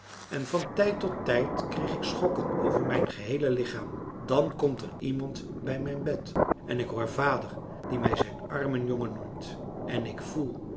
en van tijd tot tijd kreeg ik schokken over mijn geheele lichaam dan komt er iemand bij mijn bed en ik hoor vader die mij zijn armen jongen noemt en ik voel